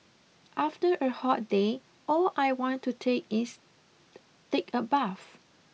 after a hot day all I want to take is take a bath